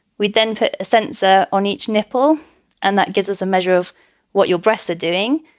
we then put a sensor on each nipple and that gives us a measure of what your breasts are doing.